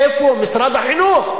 איפה משרד החינוך?